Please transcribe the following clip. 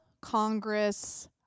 Congress